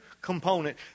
component